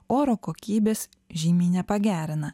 oro kokybės žymiai nepagerina